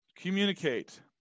Communicate